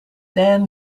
then